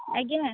ଆଜ୍ଞା